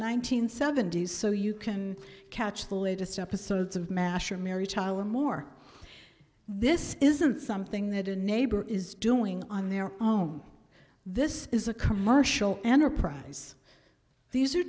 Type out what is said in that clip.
hundred seventy s so you can catch the latest episodes of mash or mary tyler moore this isn't something that a neighbor is doing on their own this is a commercial enterprise these are